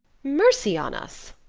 mercy on us,